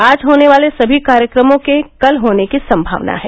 आज होने वाले सभी कार्यक्रमों के कल होने की संभावना है